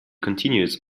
continues